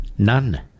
None